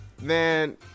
man